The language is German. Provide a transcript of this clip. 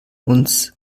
uns